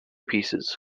pieces